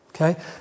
Okay